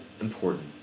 important